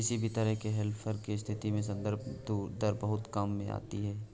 किसी भी तरह के हेरफेर की स्थिति में संदर्भ दर बहुत काम में आती है